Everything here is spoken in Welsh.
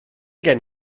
gen